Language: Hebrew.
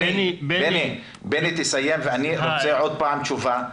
אני רוצה עוד פעם תשובה,